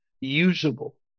usable